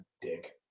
Dick